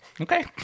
Okay